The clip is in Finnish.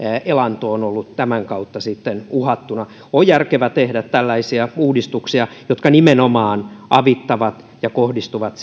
elanto on ollut tämän kautta sitten uhattuna on järkevää tehdä tällaisia uudistuksia jotka nimenomaan avittavat pieniä yrityksiä ja kohdistuvat